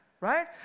right